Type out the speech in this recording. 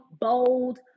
bold